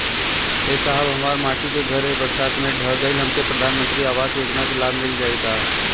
ए साहब हमार माटी क घर ए बरसात मे ढह गईल हमके प्रधानमंत्री आवास योजना क लाभ मिल जाई का?